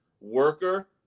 worker